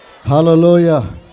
Hallelujah